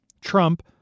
Trump